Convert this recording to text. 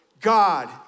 God